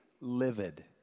livid